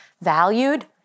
valued